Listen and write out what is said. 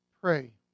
Pray